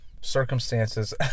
circumstances